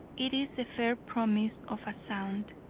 it is the fair promise of a sound,